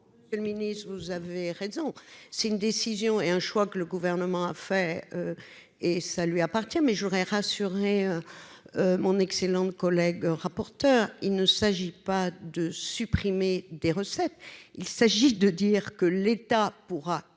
Gatel. Le ministre, vous avez raison, c'est une décision et un choix que le gouvernement a fait et ça lui appartient, mais je voudrais rassurer mon excellente collègue rapporteur, il ne s'agit pas de supprimer des recettes, il s'agit de dire que l'État pourra